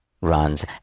runs